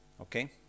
Okay